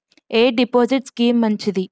ఎ deposit scheme మంచిది?